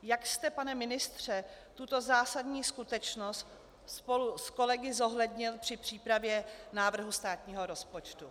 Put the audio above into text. Jak jste, pane ministře, tuto zásadní skutečnost spolu s kolegy zohlednil při přípravě návrhu státního rozpočtu?